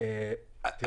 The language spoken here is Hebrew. אנחנו